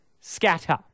Scatter